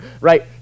right